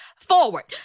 forward